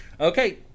Okay